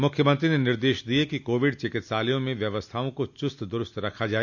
मुख्यमंत्री ने निर्देश दिए कि कोविड चिकित्सालयों में व्यवस्थाओं को चुस्त दुरुस्त रखा जाए